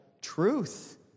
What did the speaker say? Truth